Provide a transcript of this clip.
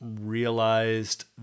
realized